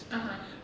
(uh huh)